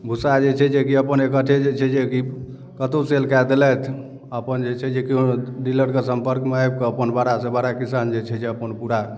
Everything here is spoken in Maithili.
भूसा जे छै जेकी अपन एकट्ठे जे छै जेकी कतौ सेल कए देलथि अपन जे छै जेकी डीलरके सम्पर्कमे आबि कऽ अपन बड़ा सँ बड़ा किसान जे छै जे अपन पूरा